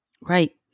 Right